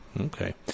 Okay